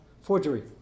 forgery